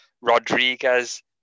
Rodriguez